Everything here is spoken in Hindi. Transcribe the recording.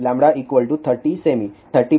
λ 30 सेमी